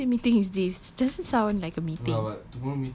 what kind of stupid meeting is this doesn't sound like a meeting